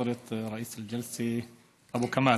(אומר בערבית: כבוד יושב-ראש הישיבה אבו כמאל,)